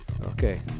Okay